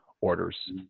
orders